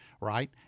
right